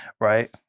right